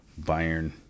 Bayern